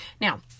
Now